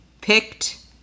picked